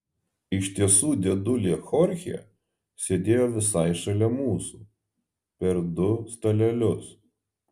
iš tiesų dėdulė chorchė sėdėjo visai šalia mūsų per du stalelius